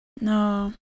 No